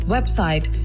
Website